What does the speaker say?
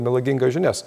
melagingas žinias